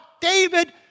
David